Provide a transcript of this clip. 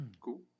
Cool